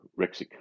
rexic